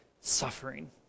suffering